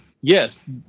yes